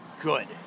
Good